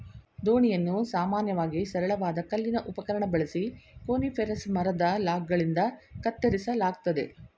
ದೋಣಿಯನ್ನು ಸಾಮಾನ್ಯವಾಗಿ ಸರಳವಾದ ಕಲ್ಲಿನ ಉಪಕರಣ ಬಳಸಿ ಕೋನಿಫೆರಸ್ ಮರದ ಲಾಗ್ಗಳಿಂದ ಕತ್ತರಿಸಲಾಗ್ತದೆ